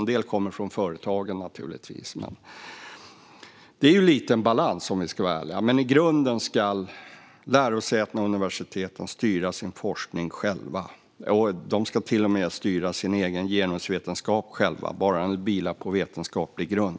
En del kommer naturligtvis från företagen. Det handlar lite om balans, om vi ska vara ärliga. Men i grunden ska lärosätena och universiteten styra sin forskning själva. De ska till och med styra sin egen genusvetenskap själva, bara den vilar på vetenskaplig grund.